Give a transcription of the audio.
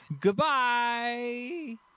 goodbye